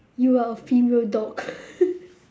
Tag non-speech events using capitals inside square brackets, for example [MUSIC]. you are a female dog [LAUGHS]